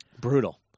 brutal